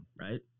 right